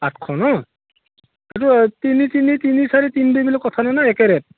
আঠশ ন সেইটো তিনি তিনি তিনি চাৰি তিনি দি একে ৰেট